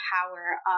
power